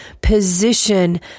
position